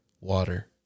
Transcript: Water